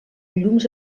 llums